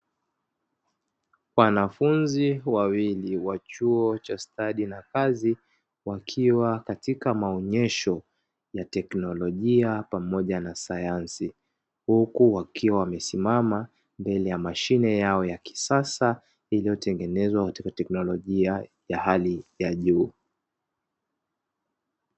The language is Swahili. Wanafunzi wawili wa chuo cha stadi na kazi, wakiwa katika maonyesho ya teknolojia pamoja na sayansi, huku wakiwa wamesimama mbele ya mashine yao ya kisasa, inayotengenezwa watakatifu teknolojia ya hali ya juu.